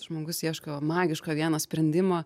žmogus ieško magiško vieno sprendimo